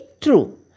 True